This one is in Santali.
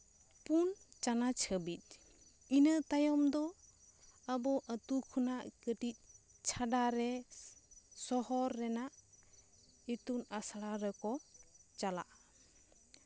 ᱯᱩᱱ ᱪᱟᱱᱟᱪ ᱦᱟᱹᱵᱤᱡ ᱤᱱᱟᱹ ᱛᱟᱭᱚᱢ ᱫᱚ ᱟᱵᱚ ᱟᱛᱳ ᱠᱷᱚᱱᱟᱜ ᱠᱟᱹᱴᱤᱡ ᱪᱷᱟᱰᱟᱨᱮ ᱥᱚᱦᱚᱨ ᱨᱮᱱᱟᱜ ᱤᱛᱩᱱ ᱟᱥᱲᱟ ᱨᱮᱠᱚ ᱪᱟᱞᱟᱜᱼᱟ